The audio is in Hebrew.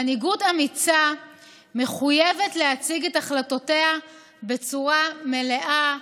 מנהיגות אמיצה מחויבת להציג את החלטותיה בצורה מלאה,